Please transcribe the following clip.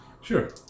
sure